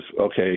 okay